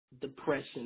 depression